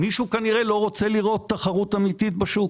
מישהו כנראה לא רוצה לראות תחרות אמיתית בשוק.